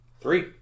three